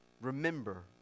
Remember